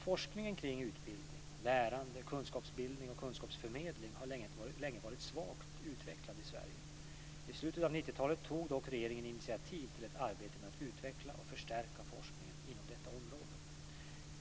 Forskningen kring utbildning, lärande, kunskapsbildning och kunskapsförmedling har länge varit svagt utvecklad i Sverige. I slutet av 1990-talet tog dock regeringen initiativ till ett arbete med att utveckla och förstärka forskningen inom detta område.